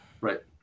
Right